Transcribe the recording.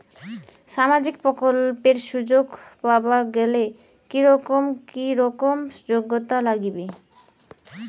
সামাজিক প্রকল্পের সুযোগ পাবার গেলে কি রকম কি রকম যোগ্যতা লাগিবে?